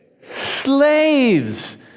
slaves